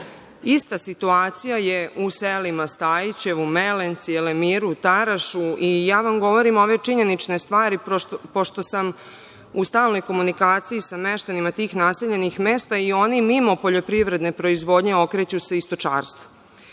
Ista je situacija i u selima Stajićevu, Melenci, Elemiru, Tarašu. Ja vam govorim ove činjenične stvari, pošto sam u stalnoj komunikaciji sa meštanima tih naseljenih mesta i oni se mimo poljoprivredne proizvodnje okreću i stočarstvu.